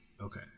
Okay